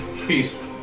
Peace